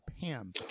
Pam